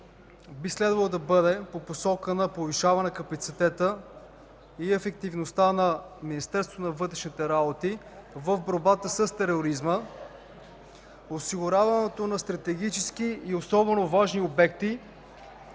би следвало да бъде по посока на повишаване капацитета и ефективността на Министерството на вътрешните работи в борбата с тероризма, осигуряване на стратегически и особено важни обекти